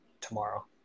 tomorrow